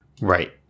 Right